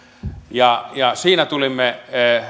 ja ja siinä tulimme